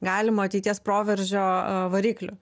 galimo ateities proveržio variklių